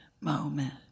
moment